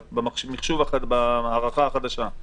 במערכת החדשה?